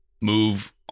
move